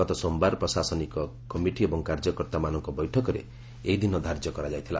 ଗତ ସୋମବାର ପ୍ରଶାସନିକ କମିଟି ଏବଂ କାର୍ଯ୍ୟକର୍ତ୍ତାମାନଙ୍କ ବୈଠକରେ ଏହି ଦିନ ଧାର୍ଯ୍ୟ କରାଯାଇଥିଲା